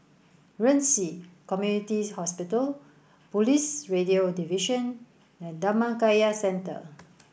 Ren Ci Community Hospital Police Radio Division and Dhammakaya Centre